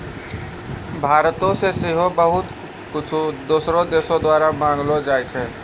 भारतो से सेहो बहुते कुछु दोसरो देशो द्वारा मंगैलो जाय छै